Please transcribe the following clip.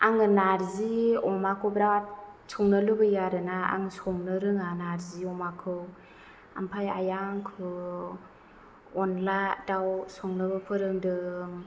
आङो नारजि अमाखौ बिराथ संनो लुबैयो आरो नो आं संनो रोङा नारजि अमाखौ ओमफ्राय आइया आंखौ अनला दाव संनोबो फोरोंदों